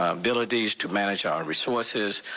ah abilities to manage our resources,